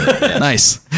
Nice